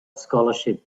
scholarship